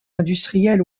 industriels